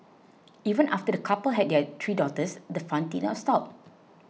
even after the couple had their three daughters the fun did not stop